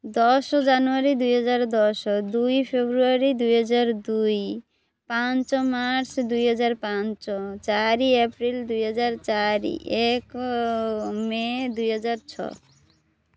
ଦଶ ଜାନୁଆରୀ ଦୁଇ ହଜାର ଦଶ ଦୁଇ ଫେବୃଆରୀ ଦୁଇ ହଜାର ଦୁଇ ପାଞ୍ଚ ମାର୍ଚ୍ଚ ଦୁଇ ହଜାର ପାଞ୍ଚ ଚାରି ଏପ୍ରିଲ ଦୁଇ ହଜାର ଚାରି ଏକ ମେ ଦୁଇ ହଜାର ଛଅ